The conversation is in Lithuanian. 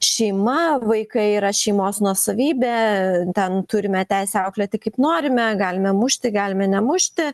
šeima vaikai yra šeimos nuosavybė ten turime teisę auklėti kaip norime galime mušti galime nemušti